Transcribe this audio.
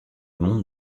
monde